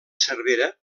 cervera